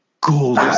gold